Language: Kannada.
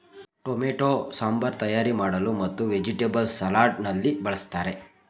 ಟೊಮೆಟೊ ಸಾಂಬಾರ್ ತಯಾರಿ ಮಾಡಲು ಮತ್ತು ವೆಜಿಟೇಬಲ್ಸ್ ಸಲಾಡ್ ನಲ್ಲಿ ಬಳ್ಸತ್ತರೆ